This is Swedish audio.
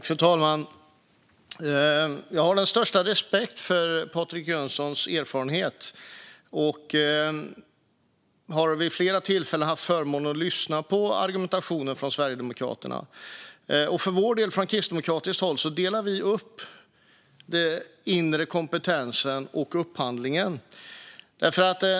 Fru talman! Jag har den största respekt för Patrik Jönssons erfarenhet och har vid flera tillfällen haft förmånen att få lyssna på argumentationen från Sverigedemokraterna. Vi kristdemokrater delar upp den inre kompetensen och upphandlingen.